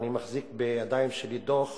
אני מחזיק בידיים שלי דוח